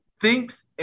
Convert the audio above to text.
thinks